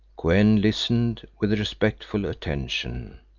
kou-en listened with respectful attention,